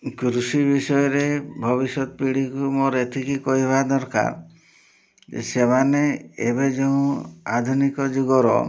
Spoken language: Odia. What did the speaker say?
କୃଷି ବିଷୟରେ ଭବିଷ୍ୟତ ପିଢ଼ିକୁ ମୋର ଏତିକି କହିବା ଦରକାର ଯେ ସେମାନେ ଏବେ ଯେଉଁ ଆଧୁନିକ ଯୁଗର